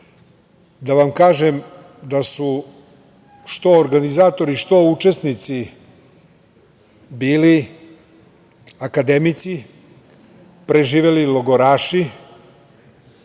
Da vam kažem da su što organizatori, što učesnici bili akademici, preživeli logoraši,